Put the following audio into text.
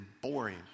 boring